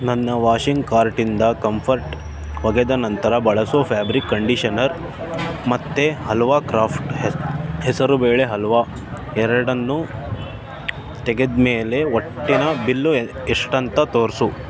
ನನ್ನ ವಾಷಿಂಗ್ ಕಾರ್ಟಿಂದ ಕಂಫರ್ಟ್ ಒಗೆದ ನಂತರ ಬಳಸೋ ಫ್ಯಾಬ್ರಿಕ್ ಕಂಡೀಷನರ್ ಮತ್ತು ಹಲ್ವ ಕ್ರಾಫ್ಟ್ ಹೆಸರು ಬೇಳೆ ಹಲ್ವ ಎರಡನ್ನು ತೆಗೆದಮೇಲೆ ಒಟ್ಟಿನ ಬಿಲ್ಲು ಎಷ್ಟುಂತ ತೋರಿಸು